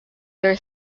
their